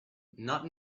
not